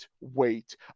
wait